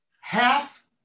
half